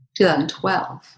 2012